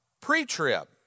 pre-trib